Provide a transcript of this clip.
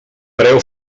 preu